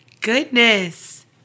goodness